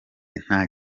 nta